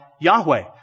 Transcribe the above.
Yahweh